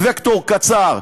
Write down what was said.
בווקטור קצר,